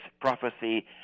prophecy